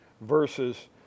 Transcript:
versus